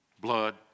blood